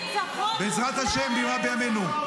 בעזרת השם, במהרה בימינו.